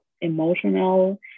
emotional